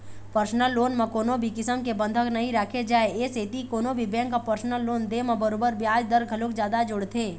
personal loan म कोनो भी किसम के बंधक नइ राखे जाए ए सेती कोनो भी बेंक ह परसनल लोन दे म बरोबर बियाज दर घलोक जादा जोड़थे